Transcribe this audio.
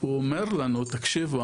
הוא אומר לנו תקשיבו,